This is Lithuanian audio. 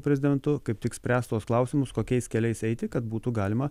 prezidentu kaip tik spręst tuos klausimus kokiais keliais eiti kad būtų galima